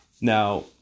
now